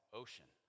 ocean